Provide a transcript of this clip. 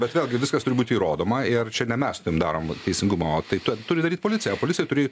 bet vėlgi viskas turi būt įrodoma ir čia ne mes su tavim darom vat teisingumo tai turi daryt policija o policijai turi